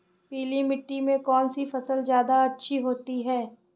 पीली मिट्टी में कौन सी फसल ज्यादा अच्छी होती है?